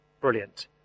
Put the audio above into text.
Brilliant